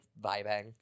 vibing